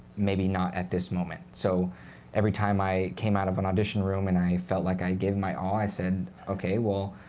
maybe not at this moment. so every time i came out of an audition room, and i felt like i gave it my all, i said, ok, well,